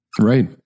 right